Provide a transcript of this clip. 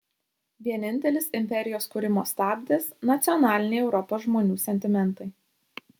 vienintelis imperijos kūrimo stabdis nacionaliniai europos žmonių sentimentai